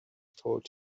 told